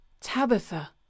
Tabitha